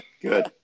good